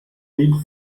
hill